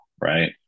Right